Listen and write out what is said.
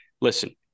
listen